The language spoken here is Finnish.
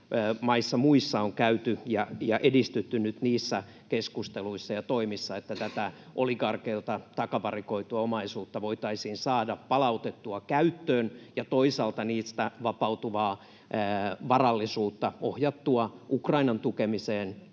länsimaissa on käyty keskustelua ja edistytty nyt niissä keskusteluissa ja toimissa, joilla tätä oligarkeilta takavarikoitua omaisuutta voitaisiin saada palautettua käyttöön ja toisaalta niistä vapautuvaa varallisuutta ohjattua Ukrainan tukemiseen tai